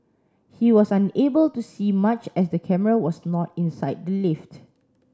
he was unable to see much as the camera was not inside the lift